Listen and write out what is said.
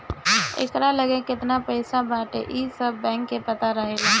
एकरा लगे केतना पईसा बाटे इ सब बैंक के पता रहेला